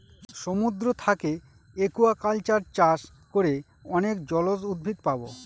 সমুদ্র থাকে একুয়াকালচার চাষ করে অনেক জলজ উদ্ভিদ পাবো